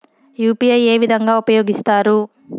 UPI ఏ విధంగా ఉపయోగిస్తారు?